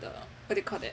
the what do you call that